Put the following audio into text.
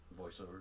Voiceover